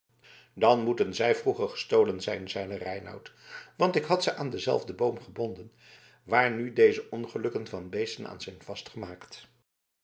dan moeten zij vroeger gestolen zijn zeide reinout want ik had ze aan denzelfden boom gebonden waar nu deze ongelukken van beesten aan zijn vastgemaakt